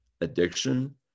addiction